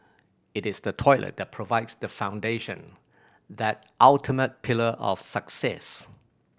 it is the toilet that provides the foundation that ultimate pillar of success